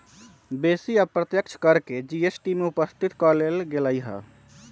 बेशी अप्रत्यक्ष कर के जी.एस.टी में उपस्थित क लेल गेलइ ह्